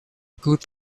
could